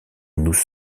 nous